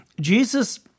Jesus